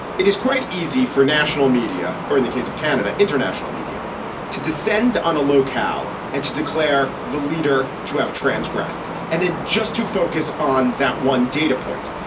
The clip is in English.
it is quite easy for national media or in the case of canada international media to descend on a locale and to declare the leader to have transgressed and then just to focus on that one data point.